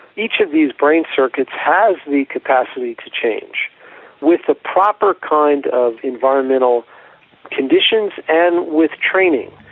each of these brain circuits has the capacity to change with the proper kind of environmental conditions and with training.